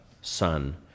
Son